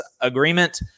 agreement